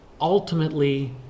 ultimately